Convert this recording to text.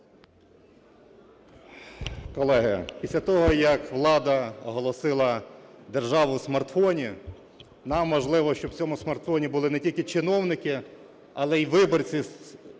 Колеги, після того, як влада оголосила державу смартфонів, нам важливо, щоб у цьому смартфоні були не тільки чиновники, але і виборці з села,